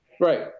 Right